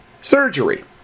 surgery